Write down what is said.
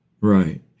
right